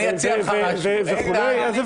אני אציע לך משהו -- אז יבינו.